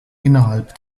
innerhalb